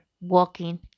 walking